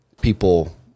people